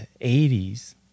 80s